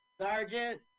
sergeant